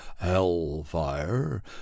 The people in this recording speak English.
hell-fire